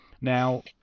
Now